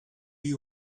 you